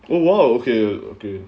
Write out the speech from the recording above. oh !wow! okay okay